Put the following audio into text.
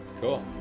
Cool